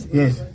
yes